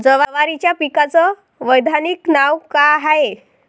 जवारीच्या पिकाचं वैधानिक नाव का हाये?